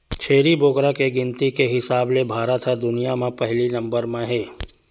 छेरी बोकरा के गिनती के हिसाब ले भारत ह दुनिया म पहिली नंबर म हे